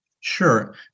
Sure